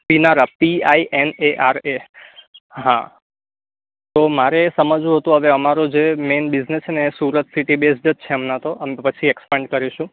પીનારા P I N A R એ હા તો મારે સમજવું હતું હવે અમારો જે મેન બિઝનસ છે ને એ સુરત સિટી બેઝ્ડ જ છે હમણાં તો આમ તો પછી એક્સપાન્ડ કરીશું